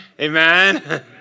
Amen